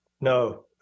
No